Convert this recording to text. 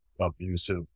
Abusive